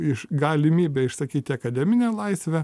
iš galimybę išsakyti akademinę laisvę